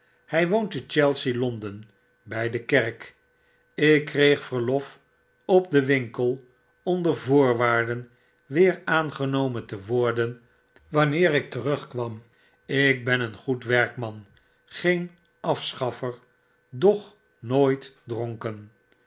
werpschyf hywoontte chelsea londen by de kerk ik kreeg verlof op den winkel onder voorwaarde weer aangenomen te t ppm mm wm mm mmmm geschiedenis van een armen man die een octrooi verlangde worden wanneer ik ter ugk warn ik ben een goed werkman geen afschaffer doch nooit dronken